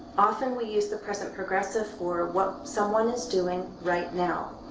often we use the present progressive for what someone is doing right now.